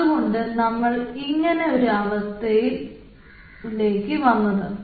അതുകൊണ്ടാണ് നമ്മൾ ഇങ്ങനെ ഒരു അവസ്ഥയിലേക്ക് വന്നത്